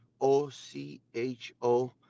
O-C-H-O